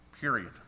period